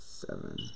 seven